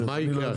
אל תבואו אלי,